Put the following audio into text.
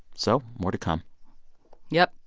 so more to come yup.